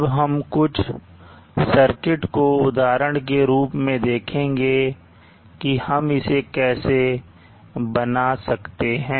अब हम कुछ सर्किट को उदाहरण को देखेंगे कि कैसे हम इसे बना सकते हैं